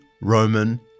Roman